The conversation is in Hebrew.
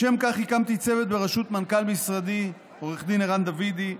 לשם כך הקמתי צוות בראשות מנכ"ל משרדי עו"ד ערן דוידי,